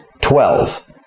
Twelve